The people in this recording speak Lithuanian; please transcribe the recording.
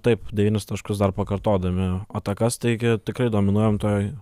taip devynis taškus dar pakartodami atakas taigi tikrai dominuojam toj